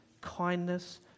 kindness